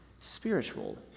spiritual